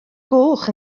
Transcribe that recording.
goch